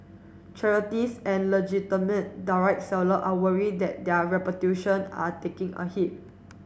charities and legitimate direct seller are worried that their reputation are taking a hit